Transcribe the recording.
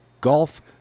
golf